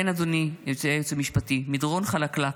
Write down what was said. כן, אדוני היועץ המשפטי, מדרון חלקלק.